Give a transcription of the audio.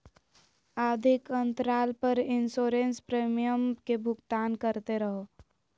आवधिक अंतराल पर इंसोरेंस प्रीमियम के भुगतान करते रहो